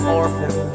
orphan